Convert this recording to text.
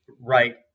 right